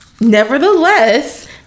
Nevertheless